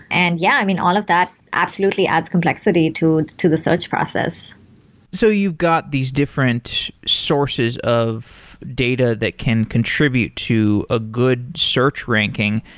and yeah. i mean, all of that absolutely adds complexity to to the search process so you've got these different sources of data that can contribute to a good search ranking.